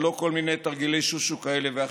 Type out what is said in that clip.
ולא כל מיני תרגילי שושו כאלה ואחרים.